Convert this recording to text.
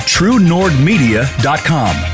TrueNordmedia.com